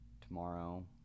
tomorrow